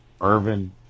Irvin